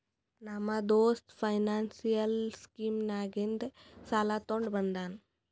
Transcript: ನಮ್ಮ ದೋಸ್ತ financial scheme ನಾಗಿಂದೆ ಸಾಲ ತೊಂಡ ಬಂದಾನ್